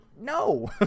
no